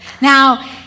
Now